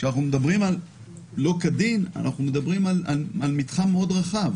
כשאנחנו מדברים על ראיה שהושגה שלא כדין אנחנו מדברים על מתחם מאוד רחב.